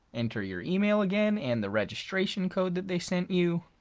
enter your email again and the registration code that they sent you